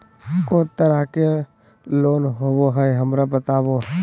को तरह के लोन होवे हय, हमरा बताबो?